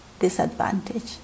disadvantage